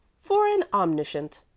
for an omniscient,